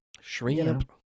shrimp